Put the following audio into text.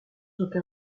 aucun